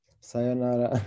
Sayonara